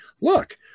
look